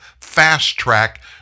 fast-track